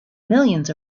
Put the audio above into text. millions